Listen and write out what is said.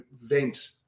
vent